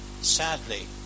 Sadly